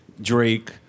Drake